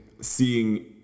seeing